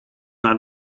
naar